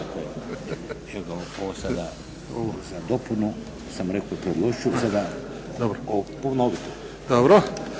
dobro.